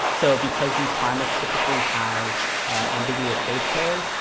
so because these primers typically have ambiguous base pairs,